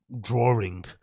drawing